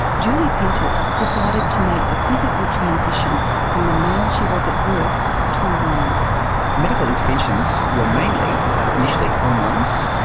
julie peters decided to make the physical transition from the male she was at birth to a woman. the medical interventions were mainly initially hormones.